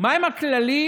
מהם הכללים